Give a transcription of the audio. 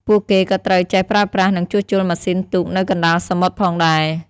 ពួកគេក៏ត្រូវចេះប្រើប្រាស់ និងជួសជុលម៉ាស៊ីនទូកនៅកណ្ដាលសមុទ្រផងដែរ។